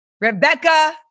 Rebecca